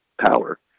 power